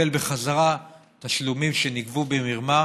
לקבל בחזרה תשלומים שנגבו במרמה.